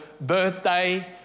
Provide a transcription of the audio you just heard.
birthday